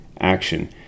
action